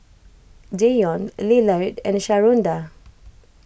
Deion Lillard and Sharonda